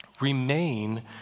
remain